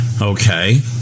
Okay